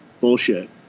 bullshit